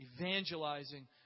evangelizing